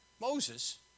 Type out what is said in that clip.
Moses